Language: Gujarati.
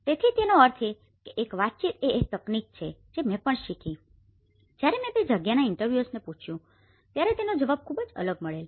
તેથી તેનો અર્થ એ છે કે એક વાતચીત એ એક તકનીક છે જે મેં પણ શીખી છે જ્યારે મેં તે જગ્યાના ઇન્ટરવ્યુઅર્સને પૂછ્યું ત્યારે તેનો જવાબ ખૂબ જ અલગ મળેલ છે